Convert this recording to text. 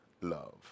love